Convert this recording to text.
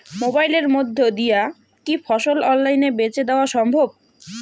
মোবাইলের মইধ্যে দিয়া কি ফসল অনলাইনে বেঁচে দেওয়া সম্ভব?